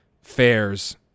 fairs